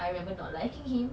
I remember not liking him